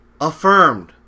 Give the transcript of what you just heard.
affirmed